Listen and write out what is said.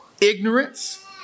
ignorance